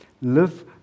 Live